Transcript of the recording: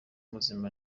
muzima